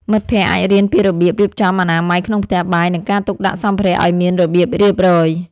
មិត្តភក្តិអាចរៀនពីរបៀបរៀបចំអនាម័យក្នុងផ្ទះបាយ និងការទុកដាក់សម្ភារៈឱ្យមានរបៀបរៀបរយ។